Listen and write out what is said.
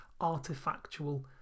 artifactual